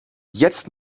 jetzt